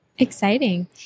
Exciting